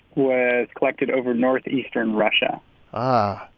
was collected over northeastern russia ah.